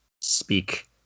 speak